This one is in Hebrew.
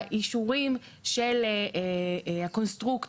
האישורים של הקונסטרוקציה,